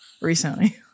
recently